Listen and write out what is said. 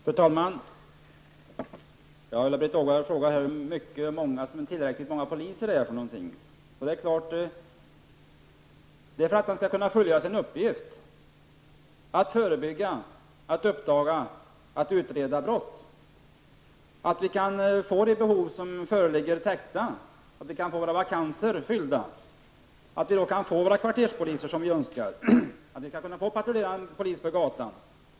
Fru talman! Ulla-Britt Åbark frågar här hur många poliser som är tillräckligt många poliser. Det är så många poliser som behövs för att de skall kunna fullgöra sin uppgift att förebygga, uppdaga och utreda brott. Det är det antal som behövs för att vi skall få de behov som föreligger täckta och vakanser fyllda, så att vi kan få de kvarterspoliser vi önskar och kan ha patrullerande poliser på gatan.